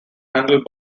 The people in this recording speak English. handled